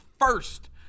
first